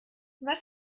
was